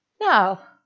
now